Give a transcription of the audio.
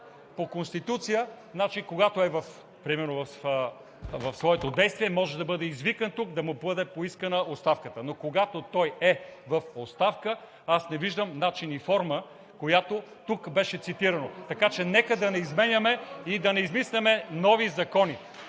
по Конституция, значи примерно, когато е в своето действие, може да бъде извикан тук, да му бъде поискана оставката, но когато той е в оставка, аз не виждам начин и форма, която тук беше цитирана. Така че нека да не изменяме и да не измисляме нови закони.